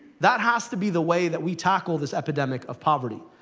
that has to be the way that we tackle this epidemic of poverty.